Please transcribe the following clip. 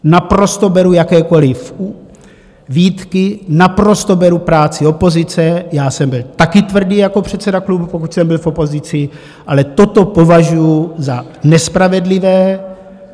Naprosto beru jakékoliv výtky, naprosto beru práci opozice, já jsem byl taky tvrdý jako předseda klubu, pokud jsem byl v opozici, ale toto považuju za nespravedlivé.